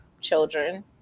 children